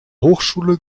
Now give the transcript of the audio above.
hochschule